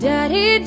Daddy